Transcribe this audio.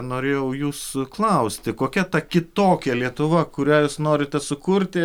norėjau jūsų klausti kokia ta kitokia lietuva kurią jūs norite sukurti